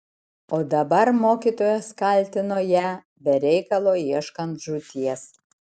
o dabar mokytojas kaltino ją be reikalo ieškant žūties